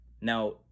Now